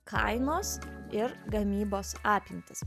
kainos ir gamybos apimtys